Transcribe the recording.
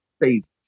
phases